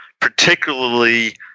particularly